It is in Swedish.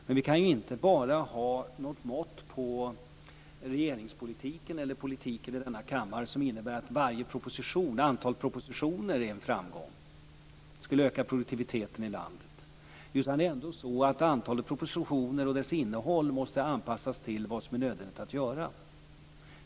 Men vi kan inte bara ha ett mått på regeringspolitiken eller politiken i denna kammare som innebär att antalet propositioner är en framgång och skall öka produktiviteten i landet. Antalet propositioner och deras innehåll måste anpassas till vad som är nödvändigt att göra.